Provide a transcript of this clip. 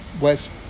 west